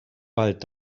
bald